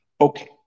Okay